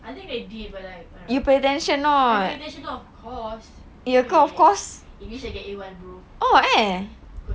I think they did but I don't know I pay attention of course anyways english I get A one bro